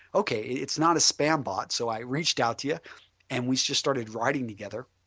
okay, it's not a spambot, um so i reached out to you and we just started writing together.